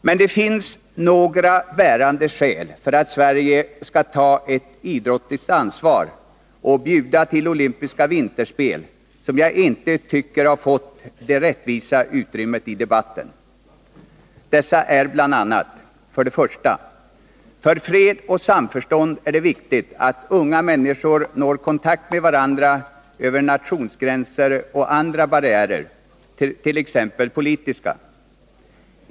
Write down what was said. Men det finns några bärande skäl för att Sverige skall ta ett idrottsligt ansvar och bjuda till olympiska vinterspel som jag tycker inte har fått det rättvisa utrymmet i debatten. Dessa skäl är bl.a.: 1. För fred och samförstånd är det viktigt att unga människor når kontakt med varandra över nationsgränser och andra barriärer, t.ex. politiska.